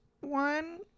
one